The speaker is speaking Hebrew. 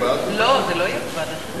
זה, לא, זה לא יהיה בוועדת חוקה.